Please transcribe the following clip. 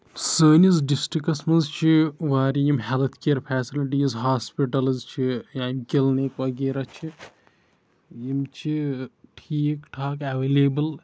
سٲنِس ڈِسٹرکَس منٛز چھِ واریاہ یِم ہیٚلٕتھ کِیر فیسَلٹیٖز ہاسپِٹلٕز چھِ یعنی کٔلنِک وغیرہ چھِ یِم چھِ ٹھیٖک ٹھاکھ ایٚولیبٕل